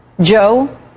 Joe